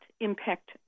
impact